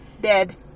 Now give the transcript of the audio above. Dead